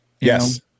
Yes